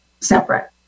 separate